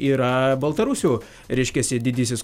yra baltarusių reiškiasi didysis